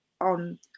on